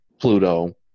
Pluto